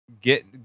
get